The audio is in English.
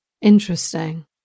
Interesting